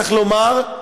צריך לומר,